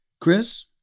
Chris